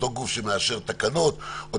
אותו גוף שמאשר תקנות,